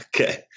Okay